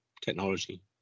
technology